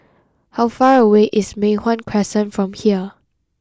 how far away is Mei Hwan Crescent from here